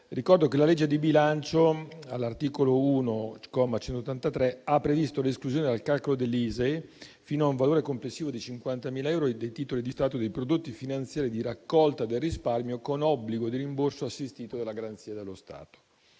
dicembre 2023, n. 213, all'articolo 1, comma 183, ha previsto l'esclusione dal calcolo dell'ISEE, fino a un valore complessivo di 50.000 euro, dei titoli di Stato e dei prodotti finanziari di raccolta del risparmio con obbligo di rimborso assistito dalla garanzia dello Stato.